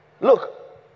Look